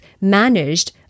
managed